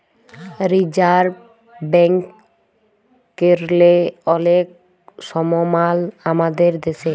reserve ব্যাংকেরলে অলেক সমমাল আমাদের দ্যাশে